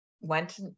went